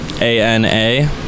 A-N-A